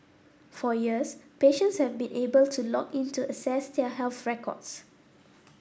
for years patients have been able to log in to access their health records